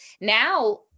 now